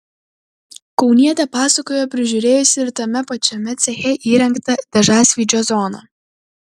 kaunietė pasakojo prižiūrėjusi ir tame pačiame ceche įrengtą dažasvydžio zoną